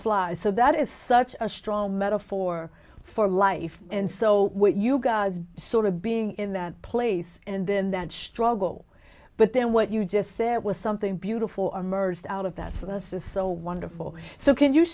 fly so that is such a strong metaphor for life and so what you guys do sort of being in that place and then that struggle but then what you just said was something beautiful emerged out of that business is so wonderful so can you